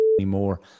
anymore